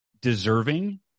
deserving